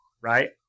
right